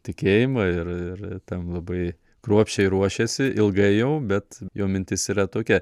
tikėjimą ir ir tam labai kruopščiai ruošiasi ilgai jau bet jo mintis yra tokia